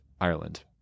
ireland